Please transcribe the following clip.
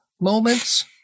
moments